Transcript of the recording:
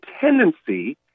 tendency